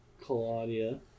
Claudia